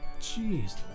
Jeez